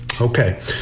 Okay